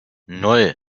nan